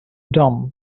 dumb